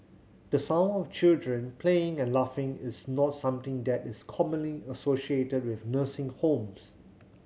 the sound of children playing and laughing is not something that is commonly associated with nursing homes